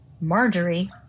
Marjorie